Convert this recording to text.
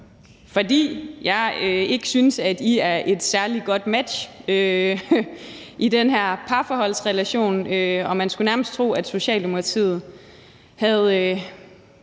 For jeg synes ikke, at I er et særlig godt match i den her parforholdsrelation, og man skulle nærmest tro, at Socialdemokratiet havde